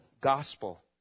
gospel